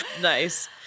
Nice